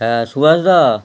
হ্যাঁ সুভাষ দা